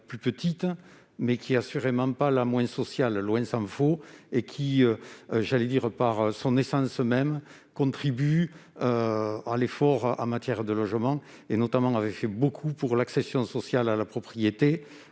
plus petite, mais qui n'est assurément pas la moins sociale, tant s'en faut ! Elle contribue, par son essence même, à l'effort en matière de logement. Elle a notamment fait beaucoup pour l'accession sociale à la propriété,